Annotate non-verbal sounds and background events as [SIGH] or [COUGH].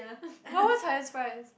[LAUGHS] what what's highest prize